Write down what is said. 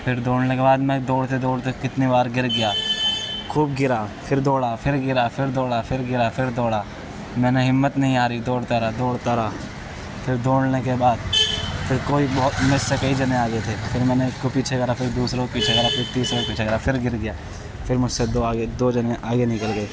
پھر دوڑنے کے بعد میں دوڑتے دوڑتے کتنے بار گر گیا خوب گرا پھر دوڑا پھر گرا پھر دوڑا پھر گرا پھر دوڑا میں نے ہمت نہیں ہاری دوڑتا رہا دوڑتا رہا پھر دوڑنے کے بعد پھر کوئی مجھ سے کئی جنے آ گئے تھے پھر میں نے ایک کو پیچھے کرا پھر دوسرے کو پیچھے کرا پھر تیسرے کو پیچھے کرا پھر گر گیا پھر مجھ سے دو آگے دو جنے آگے نکل گئے